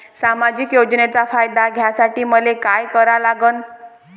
सामाजिक योजनेचा फायदा घ्यासाठी मले काय लागन?